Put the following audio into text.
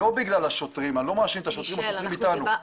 אבל אני לא מאשים את השוטרים, השוטרים איתנו.